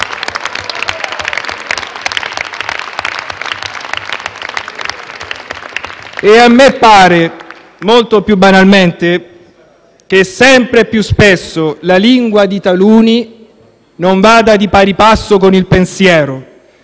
A me pare, molto più banalmente, che sempre più spesso la lingua di taluni non vada di pari passo con il pensiero